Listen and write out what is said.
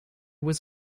was